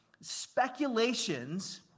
speculations